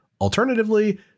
alternatively